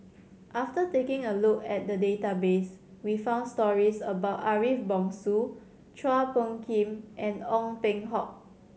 after taking a look at the database we found stories about Ariff Bongso Chua Phung Kim and Ong Ting Hock